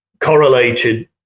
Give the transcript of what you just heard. correlated